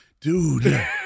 dude